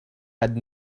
had